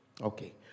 Okay